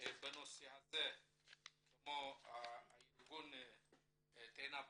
בנושא הזה כמו הארגון טנא בריאות,